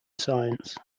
science